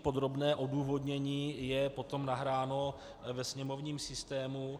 Podrobné odůvodnění je potom nahráno ve sněmovním systému.